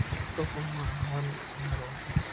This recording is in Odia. ଗୁରୁତ୍ୱପୂର୍ଣ୍ଣ ଆହ୍ୱାନ ଏହା ରହୁଛି କି